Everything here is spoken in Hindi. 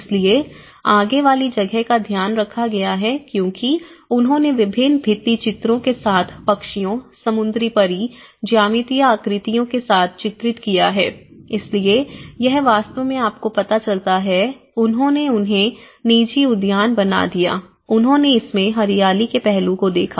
इसलिए आगे वाली जगह का ध्यान रखा गया है क्योंकि उन्होंने विभिन्न भित्ति चित्रों के साथ पक्षियों समुंद्री परी ज्यामितीय आकृतियों के साथ चित्रित किया है इसलिए यह वास्तव में आपको पता चलता है उन्होंने उन्हें निजी उद्यान बना दिया उन्होंने इसमें हरियाली के पहलू को देखा